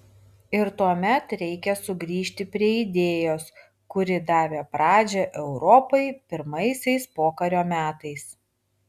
ir tuomet reikia sugrįžti prie idėjos kuri davė pradžią europai pirmaisiais pokario metais